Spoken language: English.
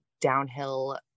downhill